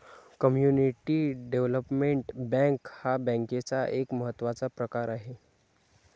community development bank हा बँकेचा एक महत्त्वाचा प्रकार आहे